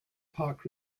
park